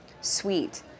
sweet